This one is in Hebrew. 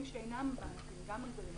גם הגדולים,